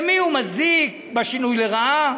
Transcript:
למי הוא מזיק, שינוי לרעה.